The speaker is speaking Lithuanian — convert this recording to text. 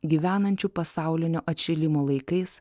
gyvenančiu pasaulinio atšilimo laikais